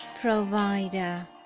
provider